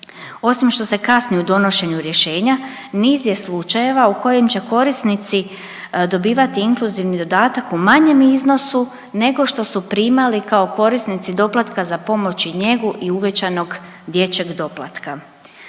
osim što se kasni u donošenju rješenja niz je slučajeva u kojim će korisnici dobivati inkluzivni dodatak u manjem iznosu nego što su primali kao korisnici doplatka za pomoć i njegu i uvećanog dječjeg doplatka.